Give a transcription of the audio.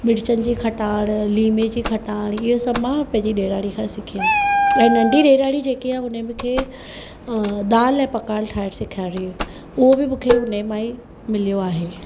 मिरचनि जी खटाण लीमे जी खटाण इहो सभु मां पंहिंजी ॾेराणीअ खां सिखी आहियां ऐं नंढी ॾेराणी जेकी आहे हुन मूंखे दालि ऐं पकवान ठाहिण सेखारियो उहो बि मूंखे हुन मां ई मिलियो आहे